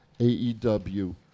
AEW